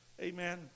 Amen